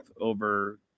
over